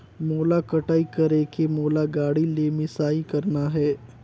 मोला कटाई करेके मोला गाड़ी ले मिसाई करना हे?